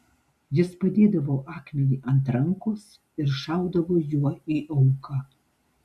jis padėdavo akmenį ant rankos ir šaudavo juo į auką